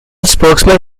spokesman